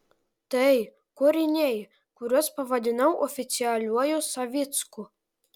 tai kūriniai kuriuos pavadinau oficialiuoju savicku